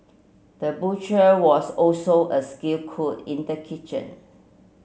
the butcher was also a skilled cook in the kitchen